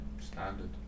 Standard